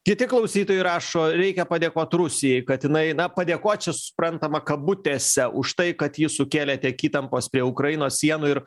kiti klausytojai rašo reikia padėkot rusijai kad jinai na padėkot čia suprantama kabutėse už tai kad ji sukėlė tiek įtampos prie ukrainos sienų ir